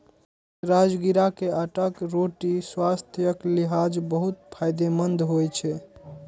राजगिरा के आटाक रोटी स्वास्थ्यक लिहाज बहुत फायदेमंद होइ छै